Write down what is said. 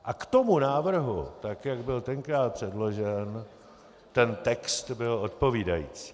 K tomu návrhu, tak jak byl tenkrát předložen, ten text byl odpovídající.